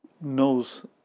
knows